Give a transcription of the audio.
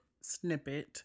snippet